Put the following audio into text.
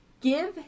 give